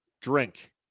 drink